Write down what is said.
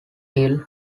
hill